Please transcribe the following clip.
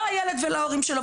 לא הילד ולא ההורים שלו.